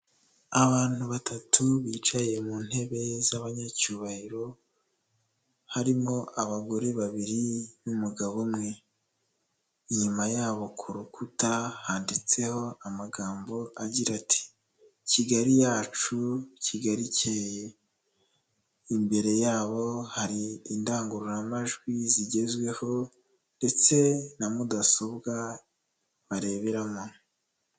Abantu batatu bicaye mu ntebe z'abanyacyubahiro, harimo abagore babiri n'umugabo umwe, inyuma yabo ku rukuta handitseho amagambo agira ati Kigali yacu Kigali Ikeye, imbere yabo hari indangururamajwi zigezweho ndetse na mudasobwa bareberamo.